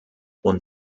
und